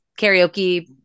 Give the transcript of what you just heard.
karaoke